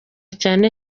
cyane